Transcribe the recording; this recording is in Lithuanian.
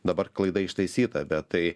dabar klaida ištaisyta bet tai